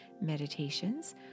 meditations